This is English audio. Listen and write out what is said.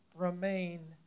Remain